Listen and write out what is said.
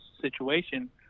situation